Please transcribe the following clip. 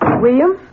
William